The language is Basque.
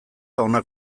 hona